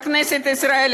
בכנסת ישראל,